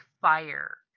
fire